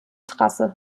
trasse